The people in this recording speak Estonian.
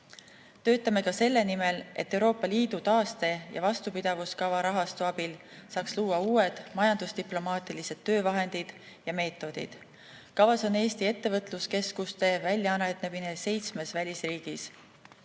Töötame selle nimel, et Euroopa Liidu taaste‑ ja vastupidavuskava rahastu abil saaks luua uued majandusdiplomaatilised töövahendid ja ‑meetodid. Kavas on Eesti ettevõtluskeskuste väljaarendamine seitsmes välisriigis,